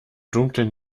dunklen